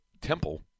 Temple